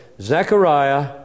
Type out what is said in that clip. Zechariah